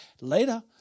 later